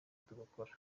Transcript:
tugakora